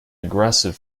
aggressive